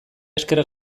esker